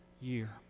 year